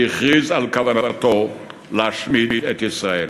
שהכריז על כוונתו להשמיד את ישראל.